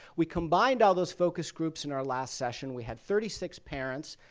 we combined all those focus groups. in our last session, we had thirty six parents,